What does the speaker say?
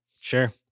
Sure